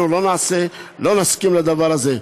אנחנו לא נסכים לדבר הזה.